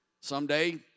Someday